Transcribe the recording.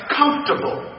comfortable